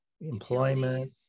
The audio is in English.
employment